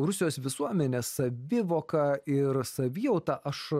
rusijos visuomenės savivoką ir savijautą aš